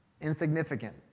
Insignificant